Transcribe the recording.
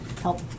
help